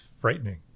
frightening